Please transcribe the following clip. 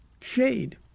Shade